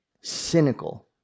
cynical